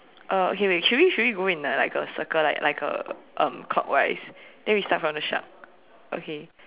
uh okay wait should we should go in like a circle like a um clockwise then we start from the shark okay